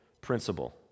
principle